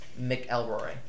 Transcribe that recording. McElroy